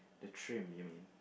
the trim you mean